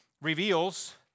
reveals